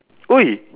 !oi!